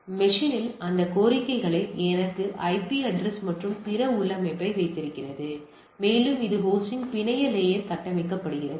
எனவே மெஷின்யில் அதன் கோரிக்கைகளை எனக்கு ஐபி அட்ரஸ் மற்றும் பிற உள்ளமைவை வைத்திருக்கிறது மேலும் இது ஹோஸ்டின் பிணைய லேயர் கட்டமைக்கப்படுகிறது